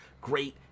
Great